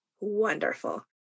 Wonderful